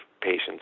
patients